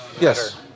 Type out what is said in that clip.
Yes